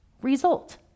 result